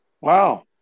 wow